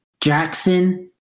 Jackson